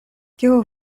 kiu